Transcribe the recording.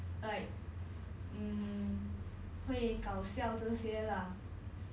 like 他们那边的人都很 nice 的